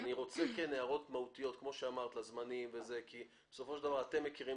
אני רוצה כן הערות מהותיות כמו שאמרת לזמנים כי בסופו של דבר אתם מכירים